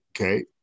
Okay